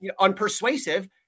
unpersuasive